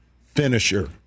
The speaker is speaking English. finisher